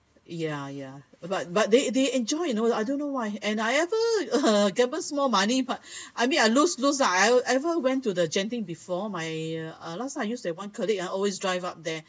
ya ya but but they they enjoyed you know I don't know why and I ever uh gamble small money but I mean I lose lose lah I'll ever went to the genting before my uh last time I used that one colleague ah always drive up there